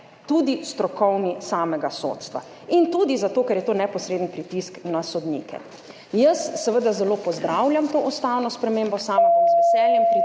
strokovni ugled samega sodstva, in tudi zato, ker je to neposreden pritisk na sodnike. Jaz seveda zelo pozdravljam to ustavno spremembo, sama bom z veseljem